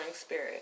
spirit